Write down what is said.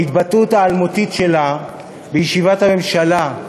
ההתבטאות האלמותית שלה בישיבת הממשלה,